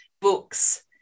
book's